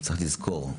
צריך לזכור,